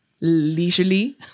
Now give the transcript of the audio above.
leisurely